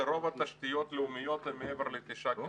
שרוב התשתיות הלאומיות הם מעבר לתשעה קילומטר.